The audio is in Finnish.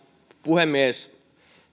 puhemies